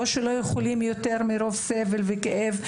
או שלא יכולים יותר מרוב סבל וכאב,